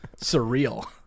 surreal